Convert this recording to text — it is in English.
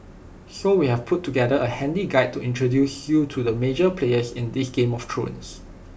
so we've put together A handy guide to introduce you to the major players in this game of thrones